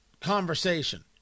conversation